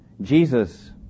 Jesus